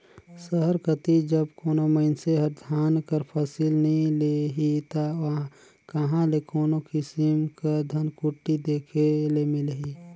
सहर कती जब कोनो मइनसे हर धान कर फसिल नी लेही ता कहां ले कोनो किसिम कर धनकुट्टी देखे ले मिलही